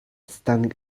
standing